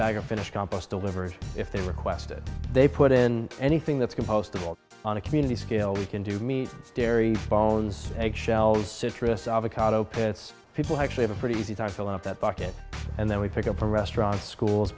bag of finished compost delivered if they requested they put in anything that's going postal on a community scale we can do meat dairy bones egg shell citrus avocado pits people actually have a pretty easy time fill out that bucket and then we pick up a restaurant schools